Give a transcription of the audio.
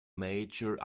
major